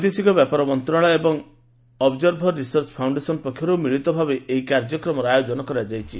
ବୈଦେଶିକ ବ୍ୟାପାର ମନ୍ତ୍ରଣାଳୟ ଓ ଅବ୍ଜର୍ଭର ରିସର୍ଚ୍ଚ ଫାଉଣ୍ଡେସନ ପକ୍ଷରୁ ମିଳିତ ଭାବେ ଏହି କାର୍ଯ୍ୟକ୍ରମର ଆୟୋଜନ କରାଯାଇଛି